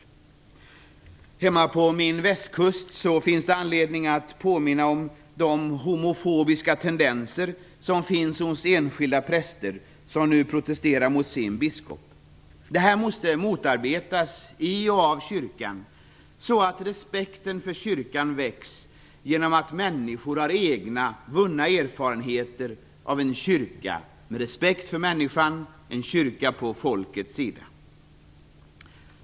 När det gäller mina hemtrakter på Västkusten finns det anledning att påminna om de homofoba tendenser som finns hos de enskilda präster som nu protesterar mot sin biskop. Detta måste motarbetas i och av kyrkan. Kyrkan skulle väcka respekt om människor fick egna erfarenheter av att kyrkan respekterar dem och står på folkets sida.